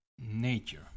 nature